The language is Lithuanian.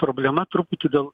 problema truputį dėl